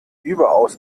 überaus